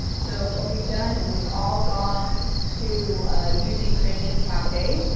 so what we've done is we've all gone to using cranium cafe,